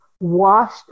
washed